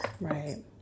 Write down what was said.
Right